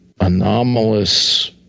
anomalous